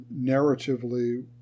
narratively